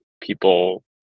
people